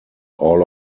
all